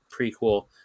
prequel